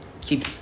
keep